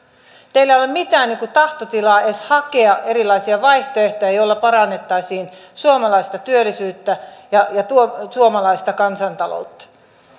teillä ei ole mitään tahtotilaa edes hakea erilaisia vaihtoehtoja joilla parannettaisiin suomalaista työllisyyttä ja suomalaista kansantaloutta